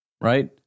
right